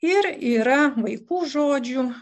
ir yra vaikų žodžių